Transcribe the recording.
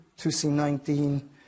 2C19